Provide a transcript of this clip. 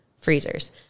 freezers